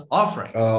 offerings